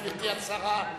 גברתי השרה.